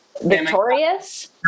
Victorious